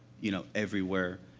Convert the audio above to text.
you know, everywhere.